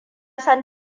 san